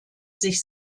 sich